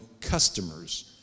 customers